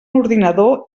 ordinador